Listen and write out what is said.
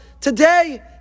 today